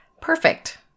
perfect